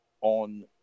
on